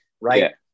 right